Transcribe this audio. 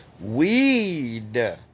weed